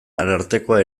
arartekoa